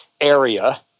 area